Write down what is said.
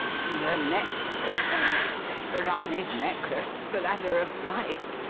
the necklace the ranee's necklace! the ladder of light!